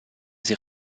sie